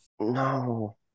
No